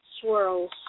swirls